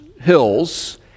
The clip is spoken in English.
hills